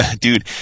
dude